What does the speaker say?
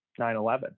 9-11